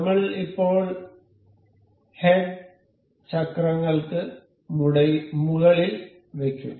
നമ്മൾ ഇപ്പോൾ ഹെഡ് ചക്രങ്ങൾക്ക് മുകളിൽ വയ്ക്കും